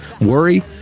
worry